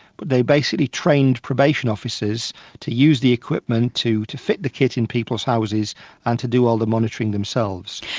but they basically trained probation officers to use the equipment to to fit the kit in people's houses and to do all the monitoring themselves.